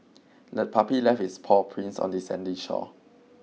the puppy left its paw prints on the sandy shore